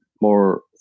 more